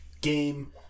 game